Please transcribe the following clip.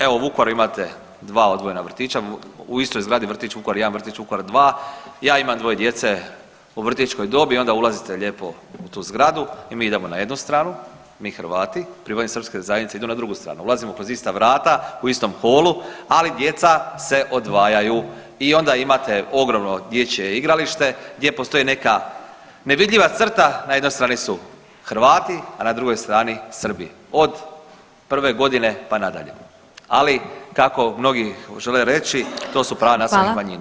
Evo u Vukovaru imate dva odvojena vrtića, u istoj zgradi vrtić Vukovar 1, vrtić Vukovar 2. Ja imam dvoje djece u vrtićkoj dobi, onda ulazite lijepo u tu zgradu i mi idemo na jednu stranu, mi Hrvati, pripadnici srpske zajednice idu na drugu stranu, ulazimo kroz ista vrata u istom holu, ali djeca se odvajaju i onda imate ogromno dječje igralište gdje postoji neka nevidljiva crta, na jednoj strani su Hrvati, a na drugoj strani Srbi od prve godine pa nadalje, ali kako mnogi žele reći to su prava nacionalnih manjina.